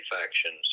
factions